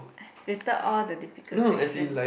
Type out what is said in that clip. filtered all the difficult questions